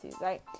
right